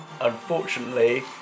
unfortunately